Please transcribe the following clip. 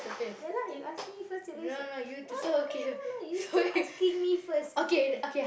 ya lah you ask me first it means oh no no no no you still asking me first